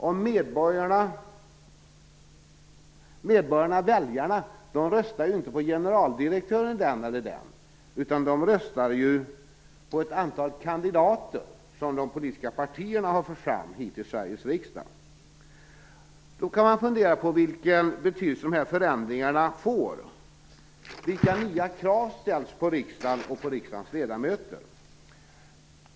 Och medborgarna/väljarna röstar ju inte på generaldirektören den eller den, utan de röstar på ett antal kandidater till Sveriges riksdag som de politiska partierna fört fram. Man kan fundera på vilken betydelse dessa förändringar får. Vilka nya krav ställs på riksdagen och riksdagens ledamöter?